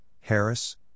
Harris